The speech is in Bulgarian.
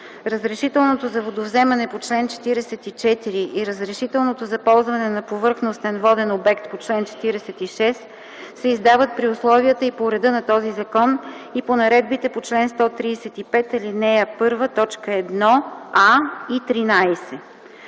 Разрешителното за водовземане по чл. 44 и разрешителното за ползване на повърхностен воден обект по чл. 46 се издават при условията и по реда на този закон и на наредбите по чл. 135, ал. 1, т. 1а и 13.”